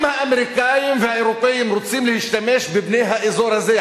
אם האמריקנים והאירופים רוצים להשתמש בבני האזור הזה,